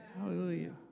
Hallelujah